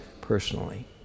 personally